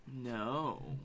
No